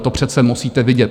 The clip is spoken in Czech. To přece musíte vidět.